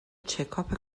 چکاپ